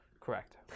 Correct